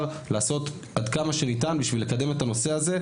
לעשות עד כמה שניתן בשביל לקדם את הנושא הזה,